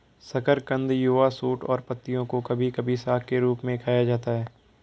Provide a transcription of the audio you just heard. शकरकंद युवा शूट और पत्तियों को कभी कभी साग के रूप में खाया जाता है